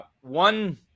One